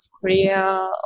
Korea